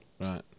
Right